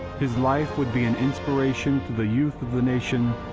his life would be an inspiration to the youth of the nation,